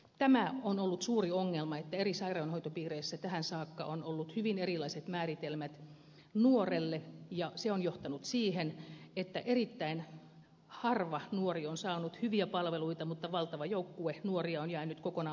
tämä on ollut suuri ongelma että eri sairaanhoitopiireissä tähän saakka on ollut hyvin erilaiset määritelmät nuorelle ja se on johtanut siihen että erittäin harva nuori on saanut hyviä palveluita mutta valtava joukkue nuoria on jäänyt kokonaan palveluiden ulkopuolelle